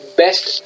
best